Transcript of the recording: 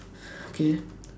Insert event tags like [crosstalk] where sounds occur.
[breath] okay